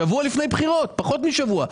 שבוע לפני בחירות, פחות משבוע.